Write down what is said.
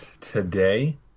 Today